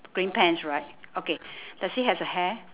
green pants right okay does he has a hair